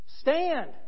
Stand